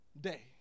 day